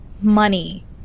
money